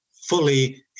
fully